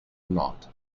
not